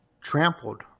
trampled